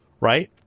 right